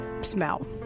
smell